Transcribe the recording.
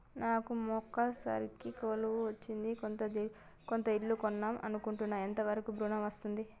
నాకు మొన్న సర్కారీ కొలువు వచ్చింది సొంత ఇల్లు కొన్దాం అనుకుంటున్నా ఎంత వరకు ఋణం వస్తది?